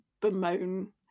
bemoan